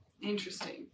Interesting